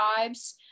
vibes